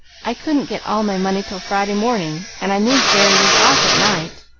i couldn't get all my money till friday morning, and i knew jerry was off at night.